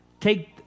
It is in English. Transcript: take